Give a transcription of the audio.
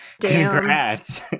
congrats